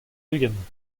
ugent